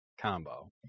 combo